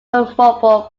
mobile